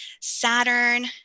Saturn